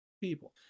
people